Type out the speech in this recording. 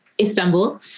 Istanbul